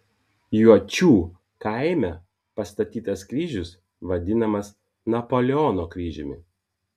juočių kaime pastatytas kryžius vadinamas napoleono kryžiumi